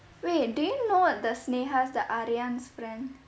wait do you know the sneha the aryan friend